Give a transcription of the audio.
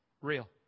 real